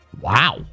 Wow